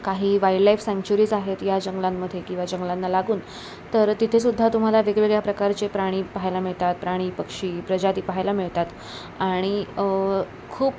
काही wildlife sanctuaries आहेत या जंगलांमध्ये किंवा जंगलांना लागून तर तिथेसुद्धा तुम्हाला वेगवेगळ्या प्रकारचे प्राणी पाहायला मिळतात प्राणी पक्षी प्रजाती पाहायला मिळतात आणि खूप